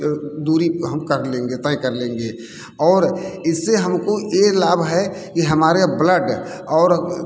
दूरी हम कर लेंगे तय कर लेंगे और इससे हमको यह लाभ है कि हमारे ब्लड और